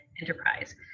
enterprise